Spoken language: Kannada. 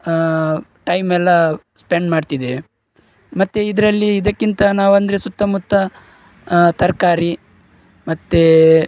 ಟೈಮೆಲ್ಲ ಸ್ಪೆಂಡ್ ಮಾಡ್ತಿದ್ದೆ ಮತ್ತೆ ಇದರಲ್ಲಿ ಇದಕ್ಕಿಂತ ನಾವೆಂದ್ರೆ ಸುತ್ತಮುತ್ತ ತರಕಾರಿ ಮತ್ತೆ